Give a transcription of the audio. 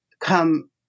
come